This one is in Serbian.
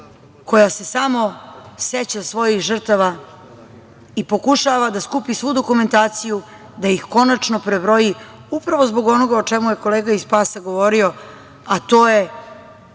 koja se samo seća svojih žrtava i pokušava da skupi svu dokumentaciju i da ih konačno prebroji, upravo zbog onoga o čemu je kolega iz SPAS-a govorio, a to je